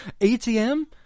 ATM